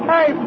Hey